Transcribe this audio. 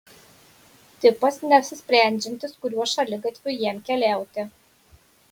tipas neapsisprendžiantis kuriuo šaligatviu jam keliauti